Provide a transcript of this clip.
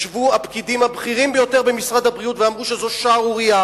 ישבו הפקידים הבכירים ביותר במשרד הבריאות ואמרו שזו שערורייה